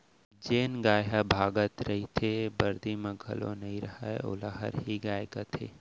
जेन गाय हर भागत रइथे, बरदी म घलौ नइ रहय वोला हरही गाय कथें